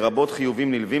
שאמה-הכהן.